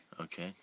Okay